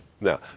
Now